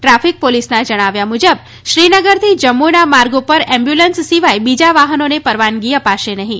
traffic પોલીસના જણાવ્યા મુજબ શ્રીનગરથી જમ્મુના માર્ગ ઉપર એમ્બ્યુલન્સ સિવાય બીજા વાહનોને પરવાનગી અપાશે નહીં